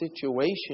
situation